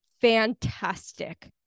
fantastic